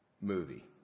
movie